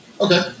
Okay